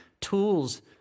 tools